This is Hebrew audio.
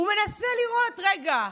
הוא מנסה לראות: רגע,